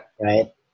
Right